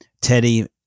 Teddy